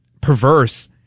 perverse